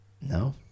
no